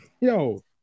Yo